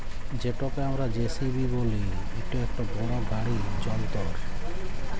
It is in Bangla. যেটকে আমরা জে.সি.বি ব্যলি ইট ইকট বড় গাড়ি যল্তর